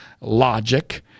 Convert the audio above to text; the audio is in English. logic